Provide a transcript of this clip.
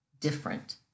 different